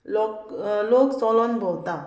लोक लोक चलोन भोंवता